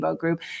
group